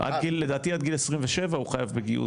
לדעתי עד גיל 27 הוא חייב בגיוס.